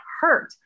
hurt